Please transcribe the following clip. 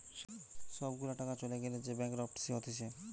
সব গুলা টাকা চলে গ্যালে যে ব্যাংকরপটসি হতিছে